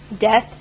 Death